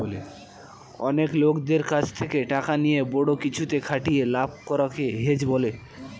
অনেক লোকদের কাছে টাকা নিয়ে বড়ো কিছুতে খাটিয়ে লাভ করা কে হেজ বলে